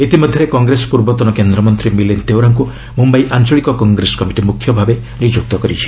ଇତିମଧ୍ୟରେ କଂଗ୍ରେସ ପୂର୍ବତନ କେନ୍ଦ୍ରମନ୍ତ୍ରୀ ମିଲିନ୍ଦ ଦେଓରାଙ୍କୁ ମୁମ୍ବାଇ ଆଞ୍ଚଳିକ କଂଗ୍ରେସ କମିଟି ମୁଖ୍ୟ ଭାବେ ନିଯୁକ୍ତ କରିଛି